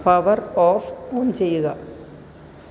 power off on ചെയ്യുക